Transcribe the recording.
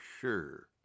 sure